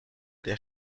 der